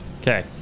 okay